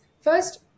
first